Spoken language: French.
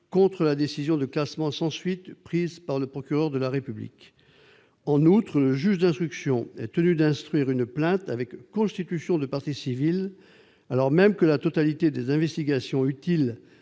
contre la décision de classement sans suite prise par le procureur de la République. En outre, le juge d'instruction est tenu d'instruire une plainte avec constitution de partie civile, alors même que la totalité des investigations utiles